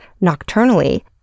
nocturnally